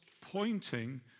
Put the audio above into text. pointing